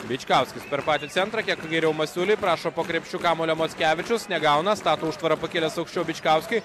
bičkauskis per patį centrą kiek geriau masiuliui prašo po krepšiu kamuolio mockevičius negauna stato užtvarą pakilęs aukščiau bičkauskiui